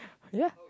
ya